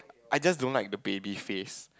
I just don't like the baby phase